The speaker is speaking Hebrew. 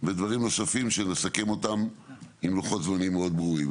ודברים נוספים שנסכם אותם עם לוחות זמנים מאוד ברורים.